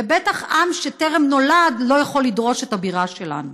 ובטח עם שטרם נולד לא יכול לדרוש את הבירה שלנו.